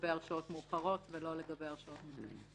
לגבי הרשעות מאוחרות ולא לגבי הרשעות מוקדמות.